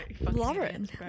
Lauren